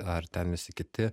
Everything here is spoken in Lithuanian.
ar ten visi kiti